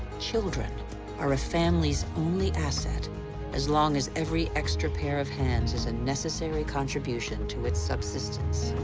children are a family's only asset as long as every extra pair of hands is a necessary contribution to its subsistence.